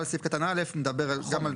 אבל סעיף קטן (א) מדבר גם על זה.